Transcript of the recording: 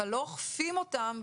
אבל לא אוכפים אותן.